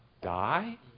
die